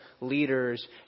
leaders